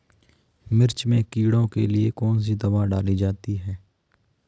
मिर्च में कीड़ों के लिए कौनसी दावा डाली जाती है?